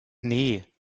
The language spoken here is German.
nee